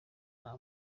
nta